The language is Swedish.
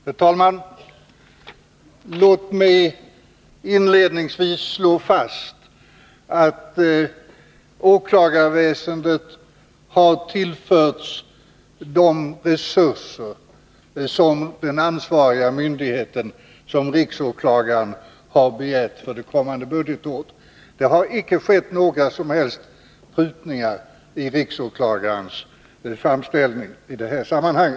Herr talman! Låt mig inledningsvis slå fast att åklagarväsendet har tillförts de resurser som den ansvariga myndigheten, riksåklagaren, har begärt för det kommande budgetåret. Det har inte skett några som helst prutningar på riksåklagarens framställningar i detta sammanhang.